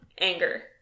Anger